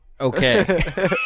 Okay